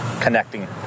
connecting